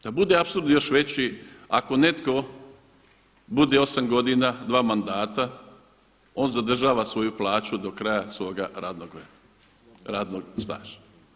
Da bude apsurd još veći ako netko bude osam godina, dva mandata on zadržava svoju plaću do kraja svoga radnog staža.